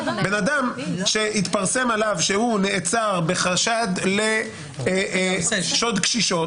בן אדם שהתפרסם עליו שהוא נעצר בחשד לשוד קשישות,